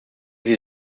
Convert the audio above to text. sie